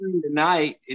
tonight